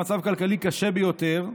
במצב כלכלי קשה ביותר.